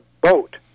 boat